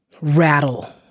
rattle